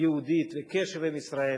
יהודית וקשר עם ישראל,